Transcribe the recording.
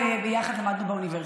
ביחד למדנו באוניברסיטה.